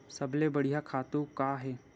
सबले बढ़िया खातु का हे?